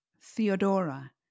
Theodora